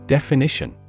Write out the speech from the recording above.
Definition